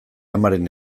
amaren